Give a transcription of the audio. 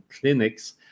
clinics